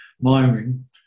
miming